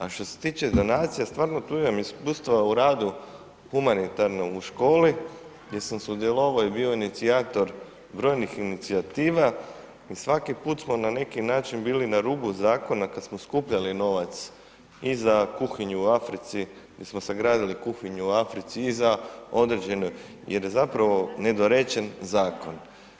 A što se tiče donacija, stvarno tu imam iskustva u radu humanitarno u školu gdje sam sudjelovao i bio inicijator brojnih inicijativa i svaki put smo na neki način bili na rubu zakona kad smo skupljali novac i za kuhinju u Africi di smo sagradili kuhinju u Africi i za određene jer je zapravo nedorečen zakon.